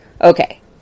Okay